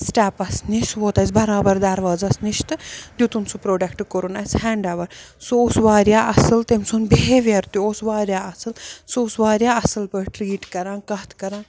سٹیٚپَس نِش ووت اَسہِ بَرابر دَروازَس نِش تہٕ دیُتُن سُہ پروڈَکٹ کوٚرُن اَسہِ ہینٛڈاوَر سُہ اوس واریاہ اَصٕل تٔمۍ سُنٛد بِہیویَر تہِ اوس واریاہ اَصٕل سُہ اوس واریاہ اَصٕل پٲٹھۍ ٹرٛیٖٹ کَران کَتھ کَران